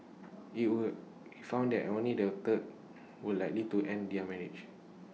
he would found that only the third were likely to end their marriage